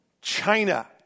China